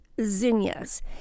zinnias